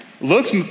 Looks